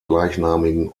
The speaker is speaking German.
gleichnamigen